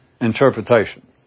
interpretation